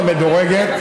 המדורגת,